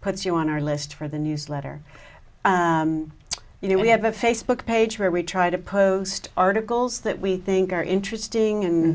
puts you on our list for the newsletter you know we have a facebook page where we try to post articles that we think are interesting and